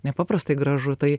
nepaprastai gražu tai